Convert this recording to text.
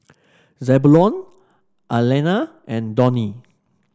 Zebulon Alanna and Donnie